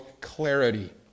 clarity